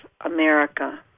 America